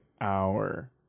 hour